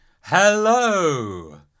Hello